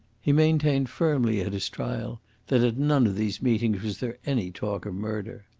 he maintained firmly at his trial that at none of these meetings was there any talk of murder.